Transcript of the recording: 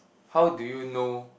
how do you know